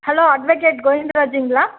hello advocate கோவிந்தராஜுங்களா